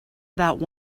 about